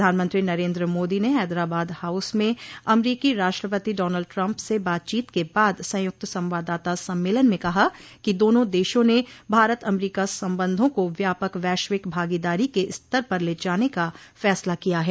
प्रधानमंत्री नरेन्द्र मोदी ने हैदराबाद हाउस में अमरीकी राष्ट्रपति डॉनल्ड ट्रंप से बातचीत के बाद संयुक्त संवाददाता सम्मेलन में कहा कि दोनों देशों ने भारत अमरीका संबंधों को व्यापक वैश्विक भागीदारी के स्तर पर ले जाने का फैसला किया है